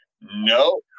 No